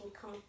come